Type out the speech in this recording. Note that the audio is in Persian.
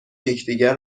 یکدیگر